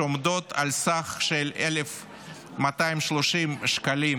שעומדות על סך 1,230 שקלים